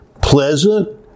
pleasant